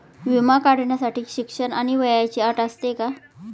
विमा काढण्यासाठी शिक्षण आणि वयाची अट असते का?